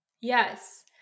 yes